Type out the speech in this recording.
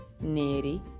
neri